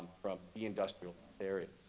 from the industrial period.